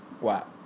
Wow